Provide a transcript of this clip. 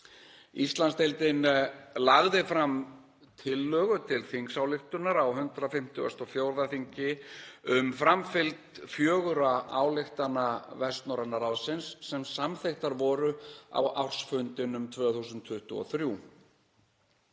Íslandsdeildin lagði fram tillögu til þingsályktunar á 154. þingi um framfylgd fjögurra ályktana Vestnorræna ráðsins sem samþykktar voru á ársfundinum 2023.